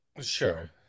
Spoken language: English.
Sure